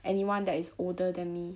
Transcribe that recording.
anyone that is older than me